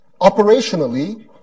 Operationally